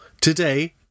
today